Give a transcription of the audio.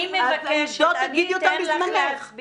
אני מבקשת אני אתן לך להסביר.